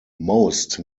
most